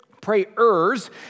prayers